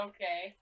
Okay